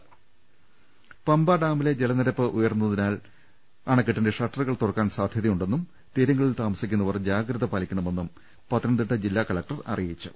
്്്്്്് പമ്പാഡാമിലെ ജലനിരപ്പ് ഉയർന്നതിനാൽ ഡാമിന്റെ ഷട്ടറുകൾ തുറക്കാൻ സാധൃത യുണ്ടെന്നും തീരങ്ങളിൽ താമസിക്കുന്നവർ ജാഗ്രത പാലിക്കണമെന്നും പത്തനംതിട്ട ജില്ലാ കലക്ടർ അറിയിച്ചു